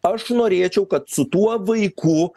aš norėčiau kad su tuo vaiku